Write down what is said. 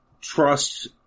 trust